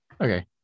okay